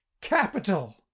Capital